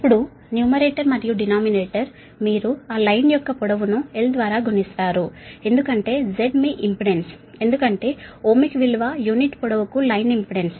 ఇప్పుడు న్యూమరేటర్ మరియు డినామినేటర్ మీరు ఆ లైన్ యొక్క పొడవు ను l ద్వారా గుణిస్తారు ఎందుకంటే Z మీ ఇంపెడెన్స్ ఎందుకంటే ఓమిక్ విలువ యూనిట్ పొడవు కు లైన్ ఇంపెడెన్స్